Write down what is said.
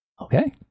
Okay